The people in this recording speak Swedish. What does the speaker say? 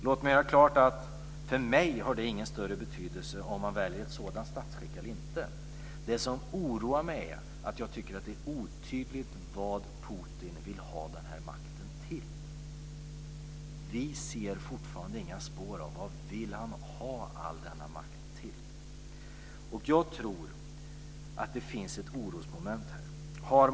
Låt mig göra klart att det för mig inte har någon större betydelse om man väljer ett sådant statsskick eller inte. Det som oroar mig är att jag tycker att det är otydligt vad Putin vill ha den här makten till. Vi ser fortfarande inga spår av detta. Vad vill han ha all denna makt till? Jag tror att det finns ett orosmoment här.